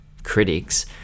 critics